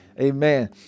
Amen